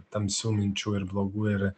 tamsių minčių ir blogų ir